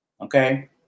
Okay